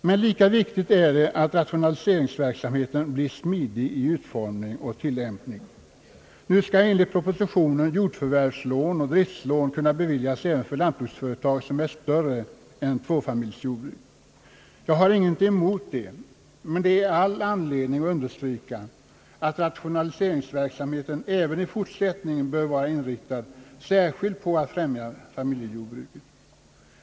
Men lika viktigt är det att rationaliseringsverksamheten blir smidig i utformning och tillämpning. Nu skall enligt propositionen jordförvärvslån och driftlån kunna beviljas även för lantbruksföretag som är större än tvåfamiljsjordbruk. Jag har ingenting emot det. Men det är all anledning att understryka att rationaliseringsverksamheten även i fortsättningen bör vara inriktad särskilt på att främja familjejordbruket.